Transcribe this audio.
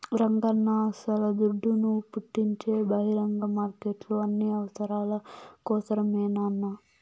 రంగన్నా అస్సల దుడ్డును పుట్టించే బహిరంగ మార్కెట్లు అన్ని అవసరాల కోసరమేనన్నా